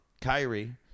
Kyrie